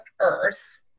earth